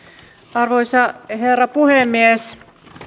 arvoisa herra puhemies